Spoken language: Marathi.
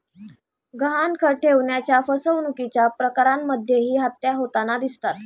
गहाणखत ठेवण्याच्या फसवणुकीच्या प्रकरणांमध्येही हत्या होताना दिसतात